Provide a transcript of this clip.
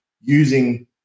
using